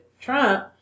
Trump